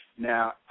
Now